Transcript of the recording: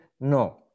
no